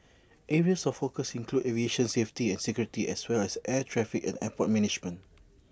areas of focus include aviation safety and security as well as air traffic and airport management